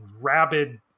rabid